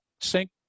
sync